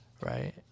right